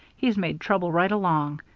he's made trouble right along.